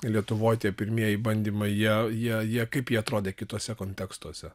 lietuvoj tie pirmieji bandymai jie jie kaip jie atrodė kituose kontekstuose